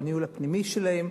בניהול הפנימי שלהן,